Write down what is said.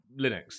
Linux